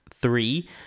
three